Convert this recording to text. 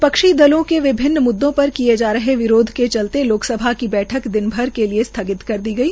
विपक्षी दलों के विभिन्न मुद्दों पर किए जा रहे विरोध के चलते लोकसभा की बैठक दिनभर के लिए स्थगित कर दी गई